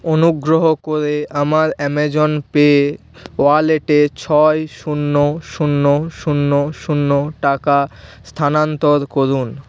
অনুগ্রহ করে আমার আমাজন পে ওয়ালেটে ছয় শূন্য শূন্য শূন্য শূন্য টাকা স্থানান্তর করুন